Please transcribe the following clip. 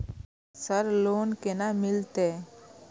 Sir loan केना मिलते?